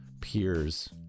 peers